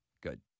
Good